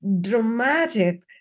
dramatic